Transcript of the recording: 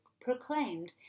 proclaimed